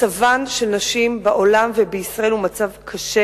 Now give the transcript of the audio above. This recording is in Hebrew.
מצבן של נשים בעולם ובישראל הוא מצב קשה.